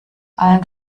allen